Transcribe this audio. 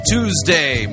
Tuesday